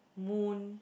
moon